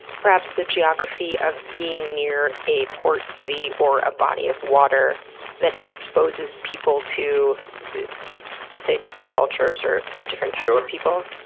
perhaps, the geography of being near a port city or a body of water that exposes people to to different cultures or or different types of people?